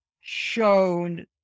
shown